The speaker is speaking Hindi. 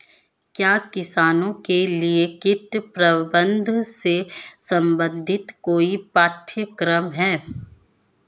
क्या किसानों के लिए कीट प्रबंधन से संबंधित कोई पाठ्यक्रम है?